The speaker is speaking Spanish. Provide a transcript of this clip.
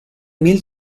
mil